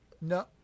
No